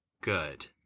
Good